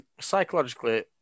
psychologically